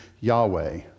Yahweh